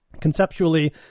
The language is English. conceptually